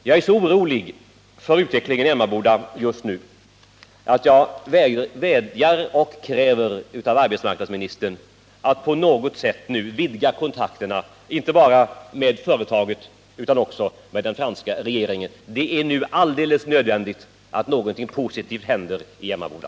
Jag är så orolig för utvecklingen i Emmaboda just nu att jag vädjar till och kräver av arbetsmarknadsministern att nu på något sätt vidga kontakterna, inte bara med företaget utan också till den franska regeringen. Det är nu alldeles nödvändigt att någonting positivt händer i Emmaboda.